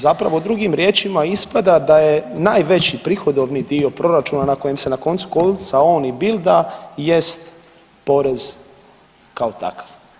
Zapravo drugim riječima ispada da je najveći prihodovni dio proračuna na kojem se na koncu konca on i bilda jest porez kao takav.